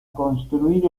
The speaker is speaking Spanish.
construir